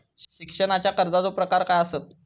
शिक्षणाच्या कर्जाचो प्रकार काय आसत?